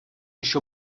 еще